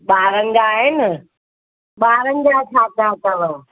ॿारनि जा आहिनि ॿारनि जा छा छा अथव